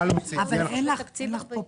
ואם נמצא ששגינו אז נודיע.